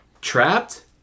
trapped